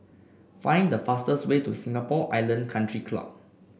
find the fastest way to Singapore Island Country Club